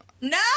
No